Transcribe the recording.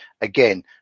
again